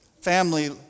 Family